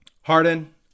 Harden